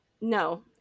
No